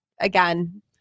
Again